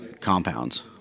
compounds